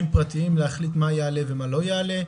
פרטיים להחליט מה יעלה ומה לא יעלה.